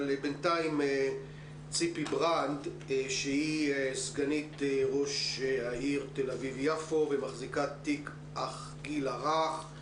אבל ניתן רשות דיבור לסגנית ראש העיר תל אביב-יפו ומחזיקת תיק הגיל הרך.